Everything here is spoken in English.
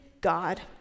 God